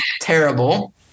Terrible